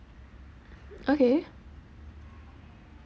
okay